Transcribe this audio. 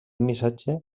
missatge